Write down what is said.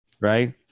Right